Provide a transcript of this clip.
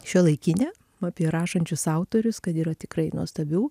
šiuolaikinę apie rašančius autorius kad yra tikrai nuostabių